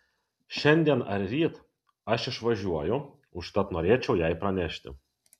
šiandien ar ryt aš išvažiuoju užtat norėčiau jai pranešti